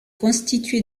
constitué